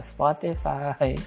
Spotify